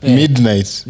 midnight